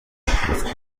لطفا